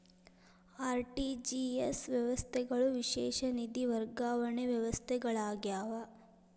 RTGS ವ್ಯವಸ್ಥೆಗಳು ವಿಶೇಷ ನಿಧಿ ವರ್ಗಾವಣೆ ವ್ಯವಸ್ಥೆಗಳಾಗ್ಯಾವ